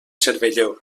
cervelló